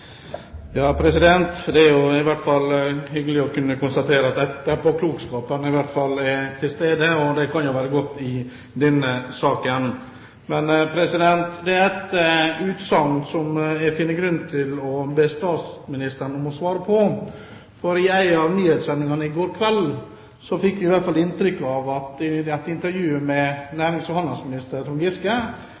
Det er i hvert fall hyggelig å kunne konstatere at etterpåklokskapen er til stede, og det kan jo være godt i denne saken. Det er et utsagn som jeg finner grunn til å be statsministeren om å svare på. I en av nyhetssendingene i går kveld fikk vi i et intervju med næringsminister Trond Giske inntrykk av at statsministeren var konsultert i januar. Det